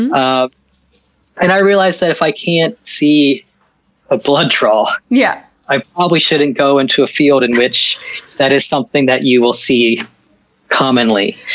and ah and i realized that if i can't see a blood draw, yeah i probably shouldn't go into a field in which that is something you will see commonly.